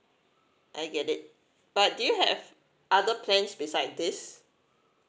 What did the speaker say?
I get it but do you have other plans beside this